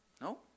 No